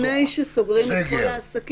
לפני שסוגרים את כל העסקים,